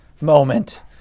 moment